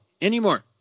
Anymore